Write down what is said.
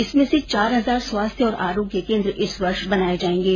इसमें से चार हजार स्वास्थ्य और आरोग्य केंद्र इस वर्ष बनाए जाएंगे